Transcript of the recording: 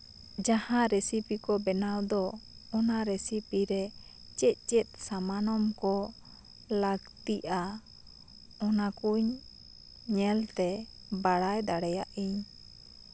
ᱡᱟᱦᱟᱸ ᱨᱮᱥᱤᱯᱤ ᱠᱚ ᱵᱮᱱᱟᱣ ᱫᱚ ᱚᱱᱟ ᱨᱮᱥᱤᱯᱤ ᱨᱮ ᱪᱮᱫ ᱪᱮᱫ ᱥᱟᱢᱟᱱᱚᱢ ᱠᱚ ᱞᱟᱹᱠᱛᱤᱜᱼᱟ ᱚᱱᱟ ᱠᱩᱧ ᱧᱮᱞᱛᱮ ᱵᱟᱲᱟᱭ ᱫᱟᱲᱮᱭᱟᱜ ᱤᱧ